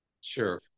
Sure